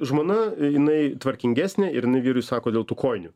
žmona jinai tvarkingesnė ir jinai vyrui sako dėl tų kojinių